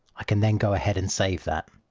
i can then go ahead and save that.